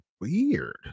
weird